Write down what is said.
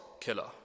killer